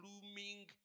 blooming